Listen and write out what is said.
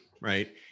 right